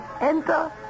enter